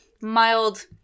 mild